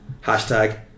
Hashtag